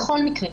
בכל מקרה,